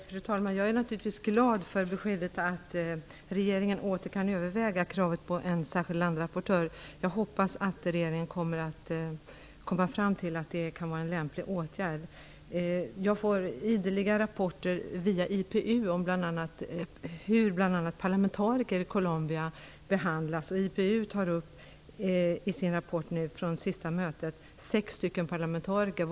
Fru talman! Jag är naturligtvis glad för beskedet att regeringen åter kan överväga kravet på en särskild landrapportör. Jag hoppas att regeringen kommer fram till att det kan vara en lämplig åtgärd. Jag får ideliga rapporter via bl.a. IPU om hur parlamentariker i Colombia behandlas. IPU tar i sin rapport från senaste mötet upp vad som hänt sex parlamentariker.